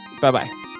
Bye-bye